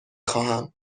خواهم